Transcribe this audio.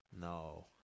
No